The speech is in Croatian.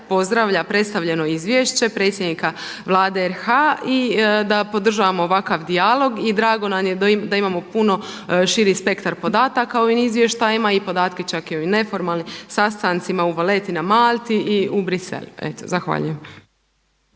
pozdravlja predstavljeno izvješće, predsjednika Vlade RH i da podržavamo ovakav dijalog i drago nam je da imamo puno širi spektar podatak o ovim izvještajima i podatke čak i ovim neformalnim sastancima u Valletti na Malti i Bruxellesu. Zahvaljujem.